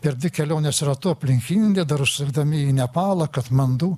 per dvi keliones ratu aplink indiją dar užsukdami į nepalą katmandu